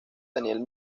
daniel